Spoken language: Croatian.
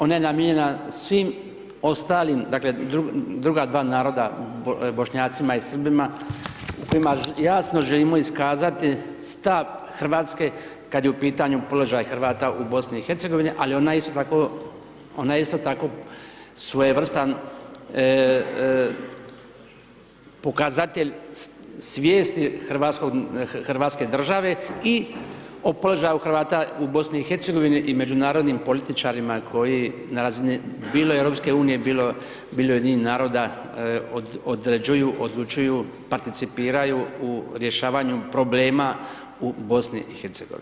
Ona je namijenjena svim ostalim, druga 2 naroda Bošnjacima i Srbima, u kojima jasno želimo iskazati, stav Hrvatske kada je u pitanju položaj Hrvata u BIH, ali ona je isto tako svojevrsna pokazatelj svijesti Hrvatske države i o položaju Hrvata u BIH i međunarodnim političarima, koji na razini bilo EU, bilo UN-a određuju, odlučuju, participiraju u rješavanju problema u BIH.